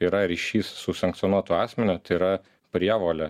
yra ryšys su sankcionuotu asmeniu tai yra prievolė